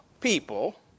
people